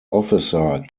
officer